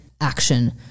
action